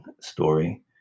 story